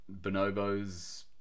bonobos